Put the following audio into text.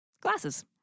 Glasses